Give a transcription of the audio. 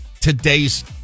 Today's